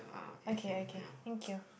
okay okay thank you